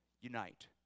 unite